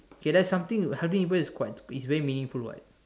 K that's is something with helping people is quite is very meaningful what